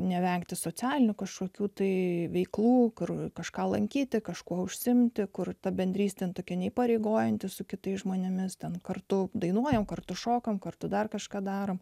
nevengti socialinių kažkokių tai veiklų kur kažką lankyti kažkuo užsiimti kur ta bendrystė tokia neįpareigojanti su kitais žmonėmis ten kartu dainuojame kartu šokome kartu dar kažką darome